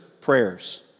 prayers